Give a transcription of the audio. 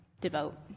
devote